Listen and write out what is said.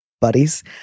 buddies